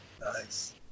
Nice